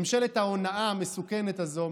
ממשלת ההונאה המסוכנת הזאת,